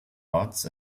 odds